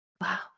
wow